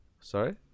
Sorry